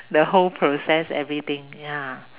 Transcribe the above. the whole process everything ya